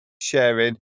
sharing